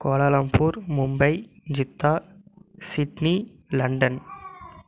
Kuala Lumpur Mumbai Jeddah Sydney London